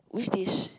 which dish